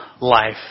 life